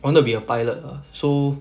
I want to be a pilot ah so